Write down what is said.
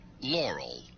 Laurel